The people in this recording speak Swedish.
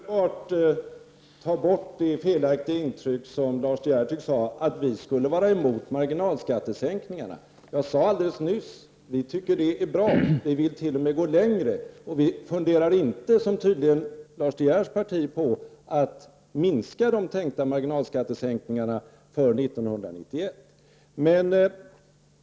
Herr talman! Jag vill omedelbart ta bort det felaktiga intryck som Lars De Geer tycks ha att vi moderater skulle vara emot marginalskattesänkningarna. Jag sade alldeles nyss att vi tycker att de är bra och att vi t.o.m. vill gå längre. Vi funderar inte, som Lars De Geers parti tydligen gör, på att minska de tänkta marginalskattesänkningarna för 1991.